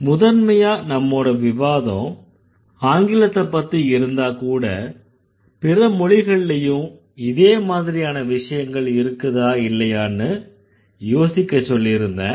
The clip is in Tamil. முதன்மையா நம்மோட விவாதம் ஆங்கிலத்தப்பத்தி இருந்தா கூட பிற மொழிகள்லயும் இதே மாதிரியான விஷயங்கள் இருக்குதா இல்லையான்னு யோசிக்கச் சொல்லியிருந்தேன்